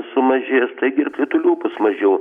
sumažės taigi ir kritulių bus mažiau